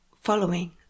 following